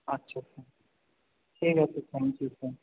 আচ্ছা আচ্ছা ঠিক আছে থ্যাংক ইউ স্যার